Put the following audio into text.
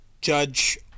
judge